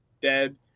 dead